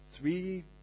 Three